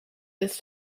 this